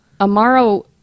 Amaro